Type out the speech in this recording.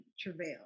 travail